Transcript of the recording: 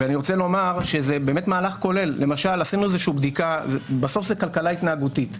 זה מהלך כולל ובסוף זו כלכלה התנהגותית,